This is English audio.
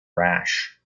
rash